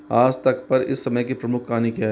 आज तक पर इस समय की प्रमुख कहानी क्या है